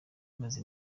imaze